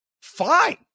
fine